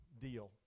deal